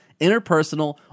interpersonal